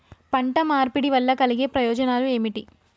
పంట మార్పిడి వల్ల కలిగే ప్రయోజనాలు ఏమిటి?